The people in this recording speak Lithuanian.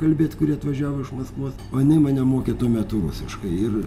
kalbėt kuri atvažiavo iš maskvos o jinai mane mokė tuo metu rusiškai ir